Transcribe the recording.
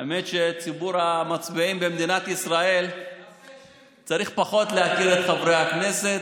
האמת שציבור המצביעים במדינת ישראל צריך פחות להכיר את חברי הכנסת,